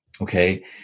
Okay